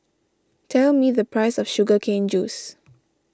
tell me the price of Sugar Cane Juice